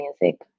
music